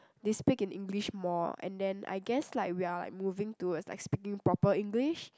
they speak in English more and then I guess like we are like moving towards like speaking proper English